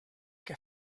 que